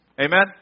Amen